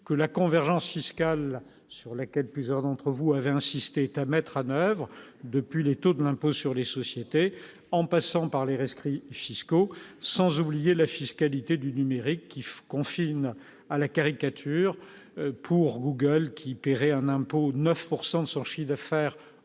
que la convergence fiscale sur laquelle plusieurs d'entre vous avez insisté État mettra 9 depuis les taux de l'impôt sur les sociétés en passant par les rescrit fiscaux, sans oublier la fiscalité du numérique qui faut confine à la caricature pour Google qui paieraient un impôt 9 pourcent de son chiffre d'affaires